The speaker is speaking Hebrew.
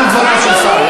גם דבריו של שר.